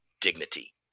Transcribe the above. dignity